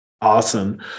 Awesome